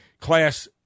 Class